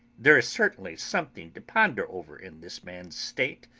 there is certainly something to ponder over in this man's state.